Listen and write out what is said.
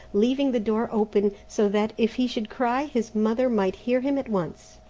leaving the door open, so that if he should cry his mother might hear him at once.